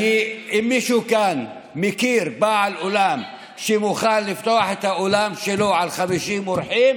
אם מישהו כאן מכיר בעל אולם שמוכן לפתוח את האולם שלו עם 50 אורחים,